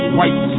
white